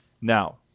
now